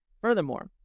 Furthermore